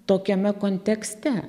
tokiame kontekste